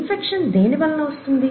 infection దేని వలన వస్తుంది